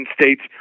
states